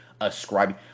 ascribing